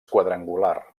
quadrangular